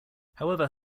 however